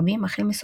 של בתי כנסת רבים,